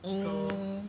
so